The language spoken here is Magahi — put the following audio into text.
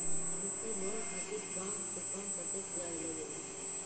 खेती लोन खातीर कम से कम कतेक ब्याज लगेला?